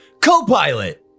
Copilot